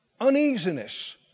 uneasiness